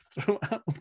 throughout